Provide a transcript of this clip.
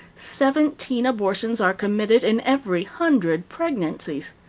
seventeen abortions are committed in every hundred pregnancies.